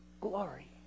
glory